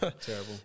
Terrible